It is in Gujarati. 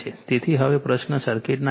તેથી હવે પ્રશ્ન સર્કિટના ઇમ્પેડન્સનો છે